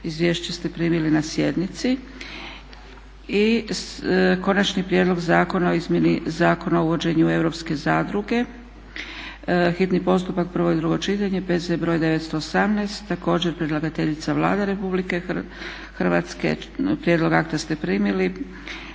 Izvješća ste primili na sjednici. - Konačni prijedlog Zakona o izmjeni Zakona o uvođenju Europske zadruge, Societas Cooperativa Europaea (SCE), hitni postupak, prvo i drugo čitanje, P.Z. br. 918; Također predlagateljica Vlada Republike Hrvatske. Prijedlog akta ste primili.